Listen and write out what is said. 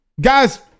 Guys